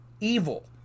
evil